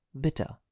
bitter